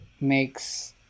makes